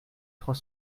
trois